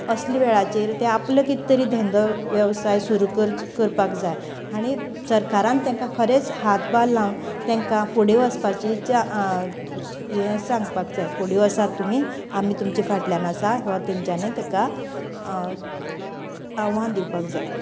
असल्या वेळाचेर ते आपलो कितें तरी धंदो वेवसाय सुरू करचो करपाक जाय आनी सरकारान तेंकां खरेंच हातभार लावन तेंकां फुडे वचपाची हे सांगपाक जाय फुडे वचात तुमी आमी तुमच्या फाटल्यान आसा वा तुमच्यांनी तेका आव्हान दिवपाक जाय